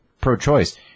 pro-choice